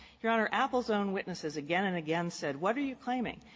your honor, apple's own witnesses again and again said what are you claiming.